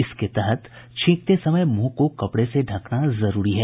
इसके तहत छींकते समय मुंह को कपड़े से ढंकना जरूरी है